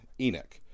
Enoch